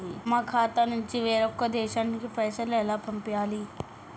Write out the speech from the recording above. మా ఖాతా నుంచి వేరొక దేశానికి పైసలు ఎలా పంపియ్యాలి?